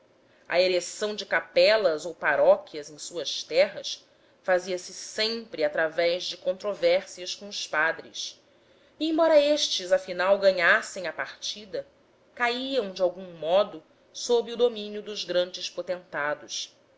a ereção de capelas ou paróquias em suas terras fazia-se sempre através de controvérsias com os padres e embora estes afinal ganhassem a partida caíam de algum modo sob o domínio dos grandes